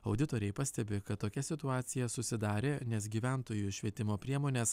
auditoriai pastebi kad tokia situacija susidarė nes gyventojų švietimo priemonės